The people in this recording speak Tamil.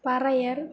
பறையர்